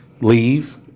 leave